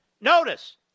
Notice